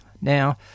Now